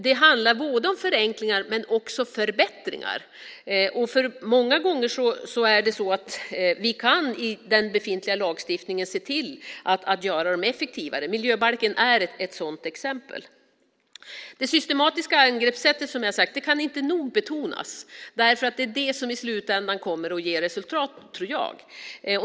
Det handlar om förenklingar men också om förbättringar. Många gånger är det så att vi i den befintliga lagstiftningen kan se till att göra reglerna effektivare. Miljöbalken är ett sådant exempel. Det systematiska angreppssättet kan, som jag sagt, inte nog betonas därför att det är det som i slutändan kommer att ge resultat, tror jag.